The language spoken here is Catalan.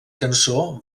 cançó